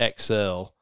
XL